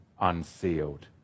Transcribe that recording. unsealed